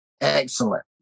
excellent